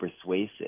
persuasive